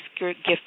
gift